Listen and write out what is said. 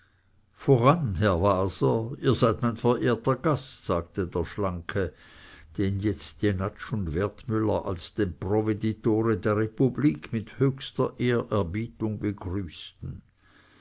voran herr waser ihr seid mein verehrter gast sagte der schlanke den jetzt jenatsch und wertmüller als den provveditore der republik mit höchster ehrerbietung begrüßten